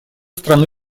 страны